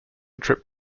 trip